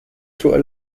through